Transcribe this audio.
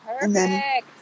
Perfect